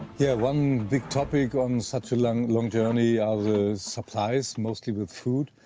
yeah, one big topic on such a lang, long journey are the supplies mostly with food.